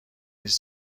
نیز